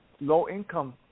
low-income